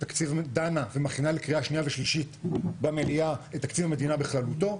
דנה ומכינה לקריאה שנייה ושלישית במליאה את תקציב המדינה בכללותו,